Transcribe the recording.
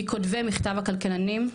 מכותבי מכתב הכלכלנים,